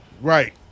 Right